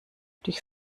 durch